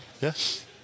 Yes